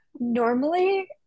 normally